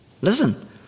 Listen